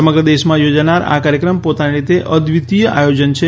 સમગ્ર દેશમાં યોજાનાર આ કાર્યક્રમ પોતાની રીતે અદ્વિતીય આયોજન છે